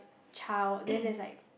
child then there's like